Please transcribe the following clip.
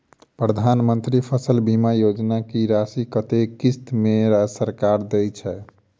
प्रधानमंत्री फसल बीमा योजना की राशि कत्ते किस्त मे सरकार देय छै?